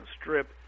strip